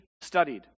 studied